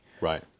Right